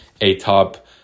atop